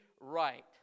right